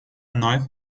knife